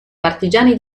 partigiani